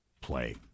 play